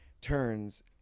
turns